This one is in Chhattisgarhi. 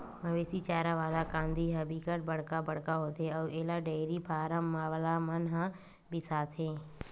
मवेशी चारा वाला कांदी ह बिकट बड़का बड़का होथे अउ एला डेयरी फारम वाला मन ह बिसाथे